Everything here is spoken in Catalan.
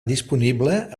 disponible